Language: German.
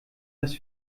das